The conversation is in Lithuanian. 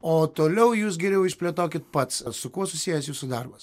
o toliau jūs geriau išplėtokit pats su kuo susijęs jūsų darbas